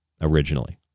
originally